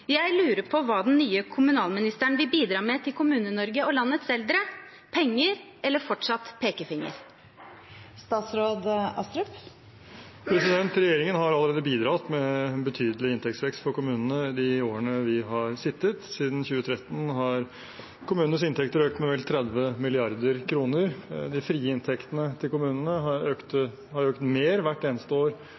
Jeg lurer på hva den nye kommunalministeren vil bidra med til Kommune-Norge og landets eldre – penger eller fortsatt pekefinger? Regjeringen har allerede bidratt med betydelig inntektsvekst for kommunene i de årene vi har sittet. Siden 2013 har kommunenes inntekter økt med vel 30 mrd. kr. De frie inntektene til kommunene har økt mer hvert eneste år